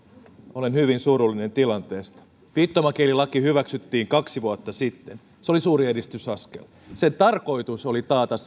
olen hyvin surullinen tilanteesta viittomakielilaki hyväksyttiin kaksi vuotta sitten se oli suuri edistysaskel sen tarkoitus oli taata